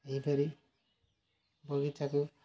ଏହିପରି ବଗିଚାକୁ